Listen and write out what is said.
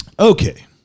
Okay